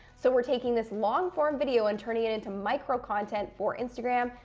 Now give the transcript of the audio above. so we're taking this long-form video and turning it into micro-content for instagram,